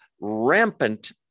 rampant